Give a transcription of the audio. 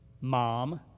mom